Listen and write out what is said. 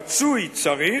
רצוי, צריך,